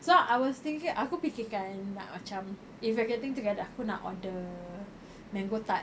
so I was thinking aku fikir kan nak macam if we're getting together aku nak order mango tart